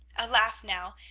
a laugh now,